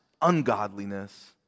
ungodliness